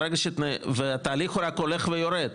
והתהליך רק הולך ויורד.